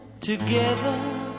Together